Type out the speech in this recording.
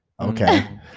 Okay